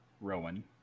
Rowan